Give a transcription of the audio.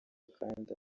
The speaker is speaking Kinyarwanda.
kandi